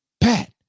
Pat